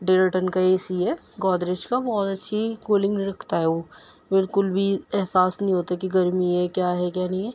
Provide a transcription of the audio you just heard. ڈیڑھ ٹن کا A C ہے گودریج کا بہت اچھی کولنگ رکھتا ہے وہ بالکل بھی احساس نہیں ہوتا کہ گرمی ہے کیا ہے کیا نہیں ہے